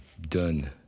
done